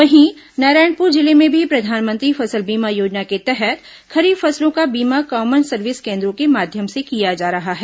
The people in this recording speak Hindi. वहीं नारायणपुर जिले में भी प्रधानमंत्री फसल बीमा योजना के तहत खरीफ फसलों का बीमा कॉमन सर्विस केन्द्रों के माध्यम से किया जा रहा है